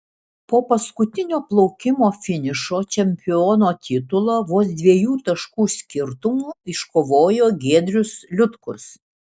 po paskutinio plaukimo finišo čempiono titulą vos dviejų taškų skirtumu iškovojo giedrius liutkus